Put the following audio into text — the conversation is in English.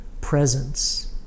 presence